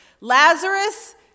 Lazarus